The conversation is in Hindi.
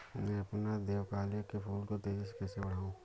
मैं अपने देवकली के फूल को तेजी से कैसे बढाऊं?